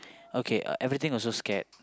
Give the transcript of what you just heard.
okay uh everything also scared